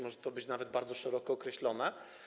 Może to być nawet bardzo szeroko określone.